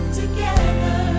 together